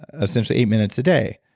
essentially eight minutes a day.